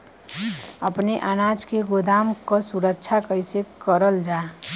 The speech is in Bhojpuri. अपने अनाज के गोदाम क सुरक्षा कइसे करल जा?